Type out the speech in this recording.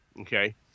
Okay